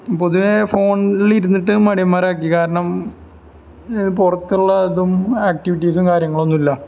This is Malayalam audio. പൊതുവേ ഫോണിലിരുന്നിട്ട് മടിയന്മാരാക്കി കാരണം പുറത്തുള്ള അതും ആക്ടിവിറ്റീസും കാര്യങ്ങളൊന്നുമില്ല